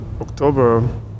October